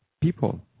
people